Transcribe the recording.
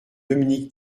dominique